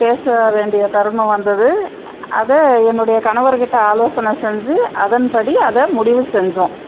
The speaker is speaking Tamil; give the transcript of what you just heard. பேச வேண்டிய தருணம் வந்தது அதை என்னோடய கணவர்கிட்ட ஆலோசனை செஞ்சு அதன்படி அதை முடிவு செஞ்சோம்